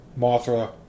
Mothra